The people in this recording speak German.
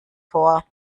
vor